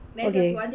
okay